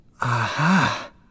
Aha